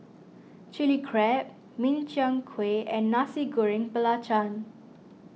Chilli Crab Min Chiang Kueh and Nasi Goreng Belacan